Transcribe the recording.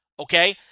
Okay